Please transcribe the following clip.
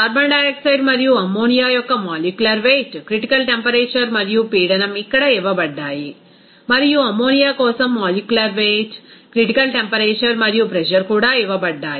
carbon dioxide మరియు ammonia యొక్క molecular weight critical temperature మరియు పీడనం ఇక్కడ ఇవ్వబడ్డాయి మరియు అమ్మోనియా కోసం మాలిక్యులర్ వెయిట్ క్రిటికల్ టెంపరేచర్ మరియు ప్రెజర్ కూడా ఇవ్వబడ్డాయి